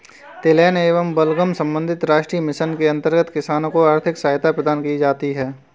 तिलहन एवं एल्बम संबंधी राष्ट्रीय मिशन के अंतर्गत किसानों को आर्थिक सहायता प्रदान की जाती है